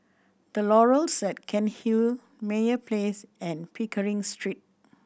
The Laurels at Cairnhill Meyer Place and Pickering Street